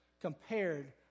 compared